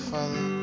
Father